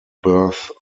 birth